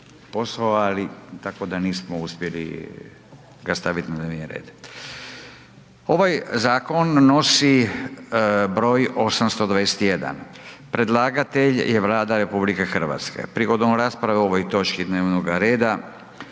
posao, ali tako da nismo uspjeli ga staviti na dnevni red. Ovaj zakon nosi broj 821, predlagatelj je Vlada RH. Prigodom rasprave o ovoj točki dnevnoga reda